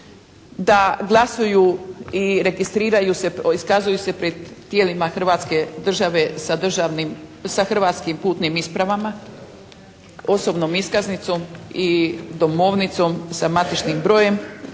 se, iskazuju se pred tijelima Hrvatske države sa državnim, sa hrvatskim putnim ispravama, osobnom iskaznicom i domovnicom sa matičnim brojem